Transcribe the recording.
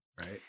right